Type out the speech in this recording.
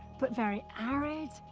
but very arid,